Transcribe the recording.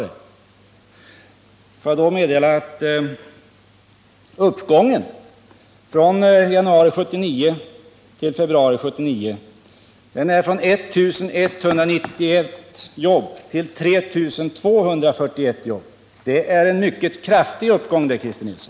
Jag får därför meddela att det är en uppgång på lediga jobb i länet från 1 191 i januari till 3 241 i februari. Det är en mycket kraftig uppgång, Christer Nilsson.